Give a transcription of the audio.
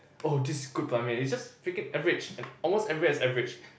oh this is good Ban-Mian it's just freaking average almost everywhere is average